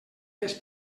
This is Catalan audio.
més